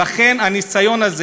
נא לסיים.